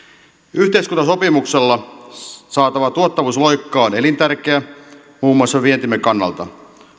yhteiskuntasopimuksella saatava tuottavuusloikka on elintärkeä muun muassa vientimme kannalta